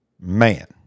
man